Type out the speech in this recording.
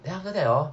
then after that hor